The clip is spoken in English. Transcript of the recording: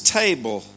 table